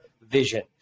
vision